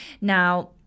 Now